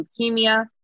leukemia